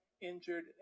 injured